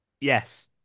Yes